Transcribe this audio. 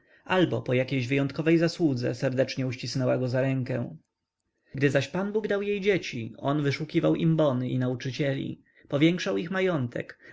albo po jakiejś wyjątkowej zasłudze serdecznie uścisnęła go za rękę gdy zaś pan bóg dał jej dzieci on wyszukiwał im bony i nauczycieli powiększał ich majątek